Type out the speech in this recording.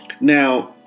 Now